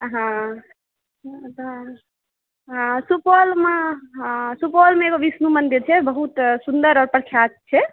हँ हँ सुपौलमे हँ सुपौलमे एगो विष्णु मन्दिर छै बहुत सुन्दर आओर प्रख्यात छै